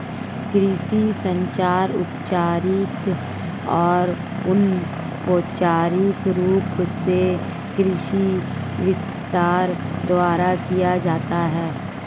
कृषि संचार औपचारिक और अनौपचारिक रूप से कृषि विस्तार द्वारा किया जाता है